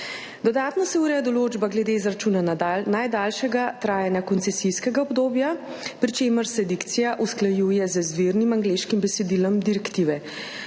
Dodatno se ureja določba glede izračuna najdaljšega trajanja koncesijskega obdobja, pri čemer se dikcija usklajuje z izvirnim angleškim besedilom direktive.